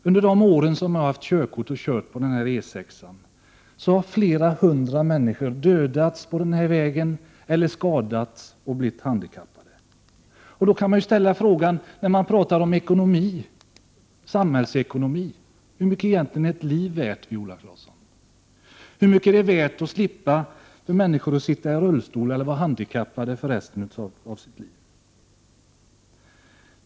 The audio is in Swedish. Under de år som jag har haft körkort och kört på E 6 har flera hundra människor dödats eller skadats och blivit handikappade på vägen. När vi pratar om samhällsekonomi kan jag ställa frågan till Viola Claesson: Hur mycket är ett liv värt? Hur mycket är det värt för människor att slippa sitta i rullstol eller vara handikappade för resten av livet?